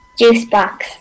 Juicebox